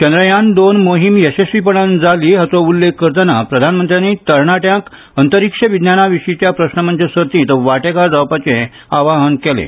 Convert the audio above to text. चांद्रयान दोन मोहीम येसस्वीपणान जाली हाची उल्लेख करतना प्रधानमंत्र्यांनी तरणाट्यांक अंतरीक्ष विद्याज्ञाविशींच्या प्रस्नमंच सर्तींत वांटेकार जावपाचे आवाहन केलें